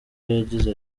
yagize